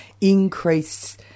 increase